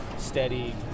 Steady